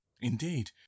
Indeed